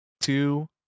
two